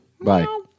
Bye